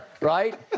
right